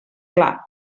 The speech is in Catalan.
clar